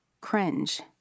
cringe